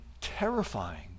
terrifying